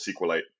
SQLite